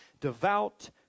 devout